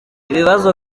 ibibazo